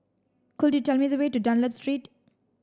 could you tell me the way to Dunlop Street